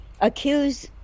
accuse